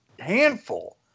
handful